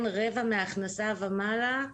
רבע מההכנסה ומעלה: